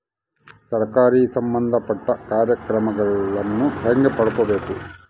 ಸರಕಾರಿ ಸಂಬಂಧಪಟ್ಟ ಕಾರ್ಯಕ್ರಮಗಳನ್ನು ಹೆಂಗ ಪಡ್ಕೊಬೇಕು?